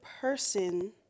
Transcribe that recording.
person